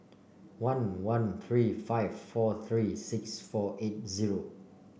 one one three five four three six four eight zero